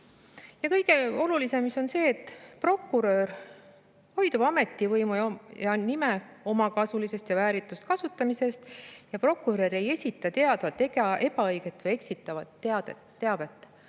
kõige olulisem on juhis, et prokurör hoidub ametivõimu ja -nime omakasulisest ja vääritust kasutamisest ja prokurör ei esita teadvalt ebaõiget või eksitavat teavet.